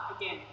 again